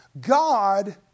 God